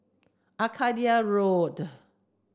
Arcadia Road